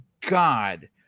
God